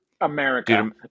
America